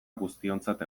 guztiontzat